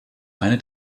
eine